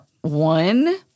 One